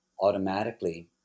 automatically